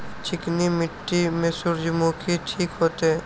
चिकनी मिट्टी में सूर्यमुखी ठीक होते?